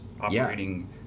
operating